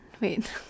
Wait